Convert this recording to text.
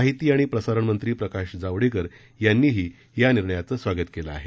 माहिती आणि प्रसारणमंत्री प्रकाश जावडेकर यांनीही या निर्णयाचं स्वागत केलं आहे